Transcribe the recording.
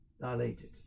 dilated